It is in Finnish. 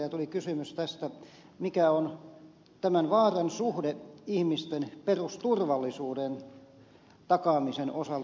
tuli esiin kysymys tästä mikä on tämän vaaran suhde ihmisten perusturvallisuuden takaamisen osalta